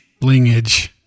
Blingage